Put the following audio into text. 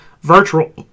virtual